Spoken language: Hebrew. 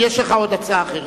יש לך עוד הצעה אחרת.